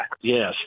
Yes